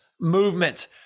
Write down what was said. movement